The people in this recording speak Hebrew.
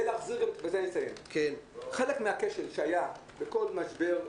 אנחנו החלטנו בשיקול דעת,